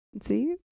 see